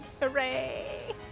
Hooray